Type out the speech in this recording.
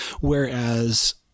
Whereas